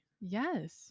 yes